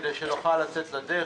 כדי שנוכל לצאת לדרך.